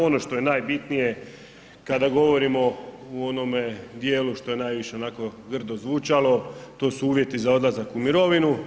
Ono što je najbitnije kada govorimo u onome dijelu što je najviše onako grdo zvučalo, to su uvjeti za odlazak u mirovinu.